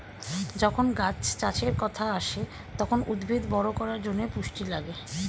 যখন গাছ চাষের কথা আসে, তখন উদ্ভিদ বড় করার জন্যে পুষ্টি লাগে